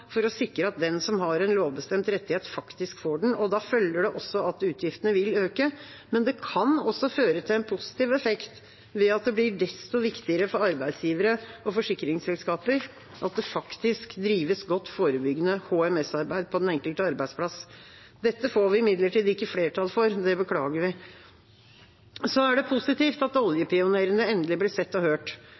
for å sikre at den som har en lovbestemt rettighet, faktisk får den, og da følger det også at utgiftene vil øke. Men det kan også føre til en positiv effekt ved at det blir desto viktigere for arbeidsgivere og forsikringsselskaper at det faktisk drives godt forebyggende HMS-arbeid på den enkelte arbeidsplass. Dette får vi imidlertid ikke flertall for, og det beklager vi. Det er positivt at oljepionerene endelig blir sett og hørt.